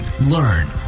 learn